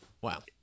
Wow